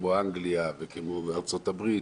כמו אנגליה וכמו ארצות הברית,